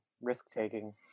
risk-taking